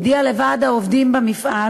הודיעה לוועד העובדים במפעל